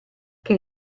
che